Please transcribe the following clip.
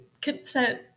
consent